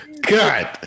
god